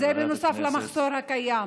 וזה נוסף למחסור הקיים.